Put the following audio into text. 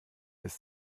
ist